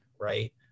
right